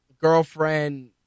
girlfriend